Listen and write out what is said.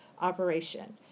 operation